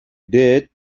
did